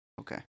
Okay